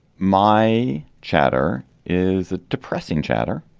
my chatter is that depressing chatter.